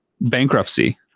bankruptcy